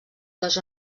les